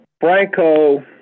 Franco